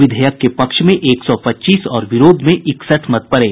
विधेयक के पक्ष में एक सौ पच्चीस और विरोध में इकसठ मत पड़े